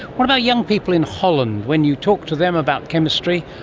what about young people in holland? when you talk to them about chemistry,